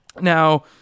Now